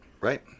Right